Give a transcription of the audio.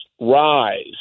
rise